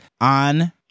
on